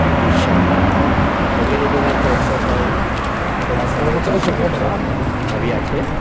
beautician વગેરે જેવા કોર્સો પણ થોડા સમયથી શરૂ કરવામાં આવ્યા છે